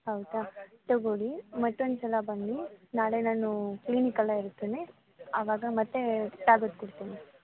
ಹೌದಾ ತೊಗೋಳಿ ಮತ್ತೊಂದು ಸಲ ಬನ್ನಿ ನಾಳೆ ನಾನು ಕ್ಲಿನಿಕ್ಕಲ್ಲೇ ಇರ್ತೀನಿ ಅವಾಗ ಮತ್ತೆ ಟ್ಯಾಬ್ಲೆಟ್ ಕೊಡ್ತೀನಿ